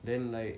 then like